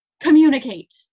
Communicate